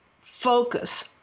focus